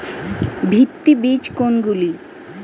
ভিত্তি বীজ কোনগুলি?